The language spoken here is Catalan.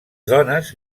dones